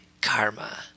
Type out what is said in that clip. karma